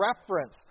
reference